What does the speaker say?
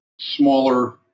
smaller